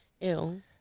Ew